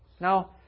Now